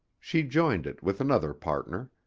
she joined it with another partner.